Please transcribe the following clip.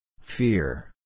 Fear